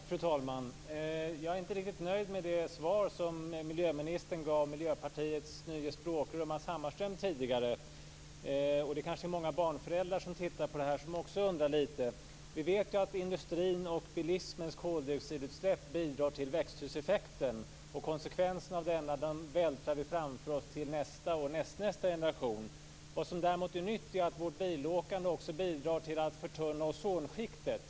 Fru talman! Jag är inte riktigt nöjd med det svar som miljöministern gav Miljöpartiets nye språkrör Matz Hammarström tidigare. Det kanske är många föräldrar som tittar på detta som också undrar lite grann. Vi vet att industrin och bilismens koldioxidutsläpp bidrar till växthuseffekten. Konsekvenserna av den vältrar vi framför oss till nästa och nästnästa generation. Vad som däremot är nytt är att vårt bilåkande också bidrar till att förtunna ozonskiktet.